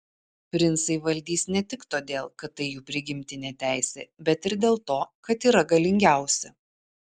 princai valdys ne tik todėl kad tai jų prigimtinė teisė bet ir dėl to kad yra galingiausi